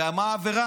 ועל מה העבירה?